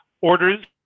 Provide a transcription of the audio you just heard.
orders